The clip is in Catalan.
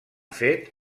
fet